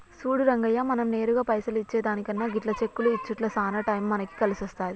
సూడు రంగయ్య మనం నేరుగా పైసలు ఇచ్చే దానికన్నా గిట్ల చెక్కులు ఇచ్చుట్ల సాన టైం మనకి కలిసొస్తాది